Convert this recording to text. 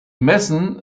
messen